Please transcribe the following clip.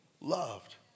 loved